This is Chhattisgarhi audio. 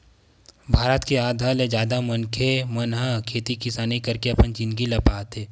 भारत के आधा ले जादा मनखे मन ह खेती किसानी करके अपन जिनगी ल पहाथे